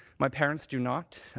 my parents do not.